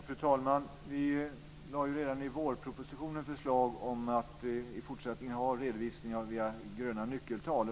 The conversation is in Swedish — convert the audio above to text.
Fru talman! Vi lade ju redan i vårpropositionen fram förslag om att i fortsättningen ha en redovisning av gröna nyckeltal.